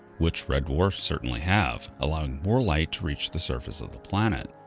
which red dwarfs certainly have, allowing more light to reach the surface of the planet.